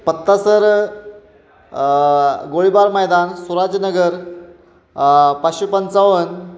पत्ता सर गोळीबार मैदान सुराजनगर पाचशे पंचावन्न